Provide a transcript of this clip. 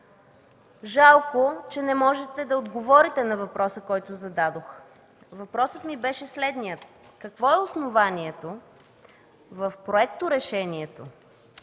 Жалко, че не можете да отговорите на въпроса, който зададох. Въпросът ми беше следният: какво е основанието в Проекторешението,